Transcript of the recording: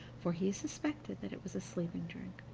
for he suspected that it was a sleeping-drink.